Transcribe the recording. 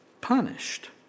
punished